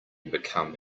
become